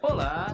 Olá